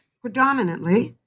predominantly